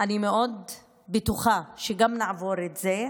אני בטוחה מאוד שנעבור גם את זה,